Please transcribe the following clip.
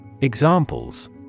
Examples